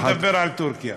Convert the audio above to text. בוא נדבר על טורקיה.